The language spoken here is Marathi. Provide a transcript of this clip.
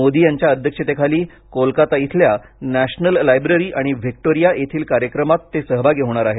मोदी यांच्या अध्यक्षतेखाली कोलकाता येथील नॅशनल लायब्ररी आणि व्हिक्टोरिया येथील कार्यक्रम होणार आहेत